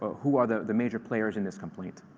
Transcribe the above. who are the the major players in this complaint?